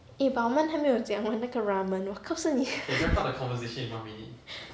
eh but 我们还没有讲完那个 ramen 我告诉你